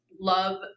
love